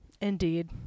Indeed